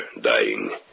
dying